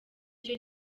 cyo